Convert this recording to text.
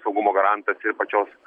saugumo garantas ir pačios